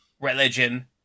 religion